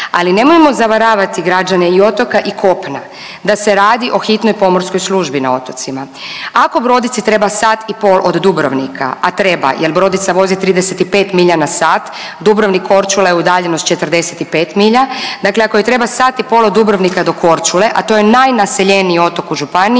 ali nemojmo zavaravati građane i otoka i kopna da se radi o hitnoj pomorskoj službi na otocima. Ako brodici treba sat i pol od Dubrovnika, a treba, jel brodica vozi 35 milja na sat Dubrovnik Korčula je udaljeno s 45 milja, dakle ako joj treba sat i pol od Dubrovnika do Korčule, a to je najnaseljeniji otok u županiji